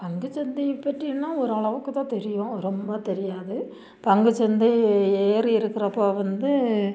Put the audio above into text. பங்குச் சந்தையை பற்றின்னால் ஓரளவுக்கு தான் தெரியும் ரொம்ப தெரியாது பங்குச் சந்தை ஏறி இருக்கிறப்ப வந்து